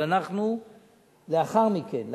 אבל לאחר מכן,